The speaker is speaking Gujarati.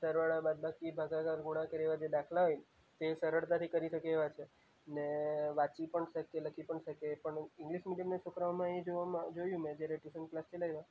સરવાળા બાદબાકી ભાગાકાર ગુણાકાર એવાં જે દાખલા હોય તે સરળતાથી કરી શકે એવાં છે અને વાંચી પણ શકે લખી પણ શકે પણ ઇંગ્લિશ મીડિયમના છોકરાંઓમાં એ જોવામાં જોયું મેં જ્યારે ટયૂસન ક્લાસ ચલાવ્યાં